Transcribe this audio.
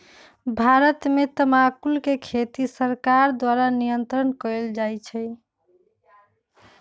भारत में तमाकुल के खेती सरकार द्वारा नियन्त्रण कएल जाइ छइ